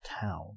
town